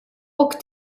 och